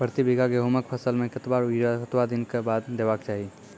प्रति बीघा गेहूँमक फसल मे कतबा यूरिया कतवा दिनऽक बाद देवाक चाही?